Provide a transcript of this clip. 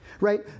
Right